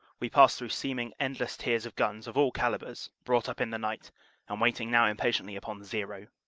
we pass through seeming endless tiers of guns of all calibres brought up in the night and waiting now impatiently upon zero.